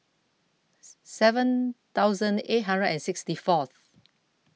seven thousand eight hundred and sixty fourth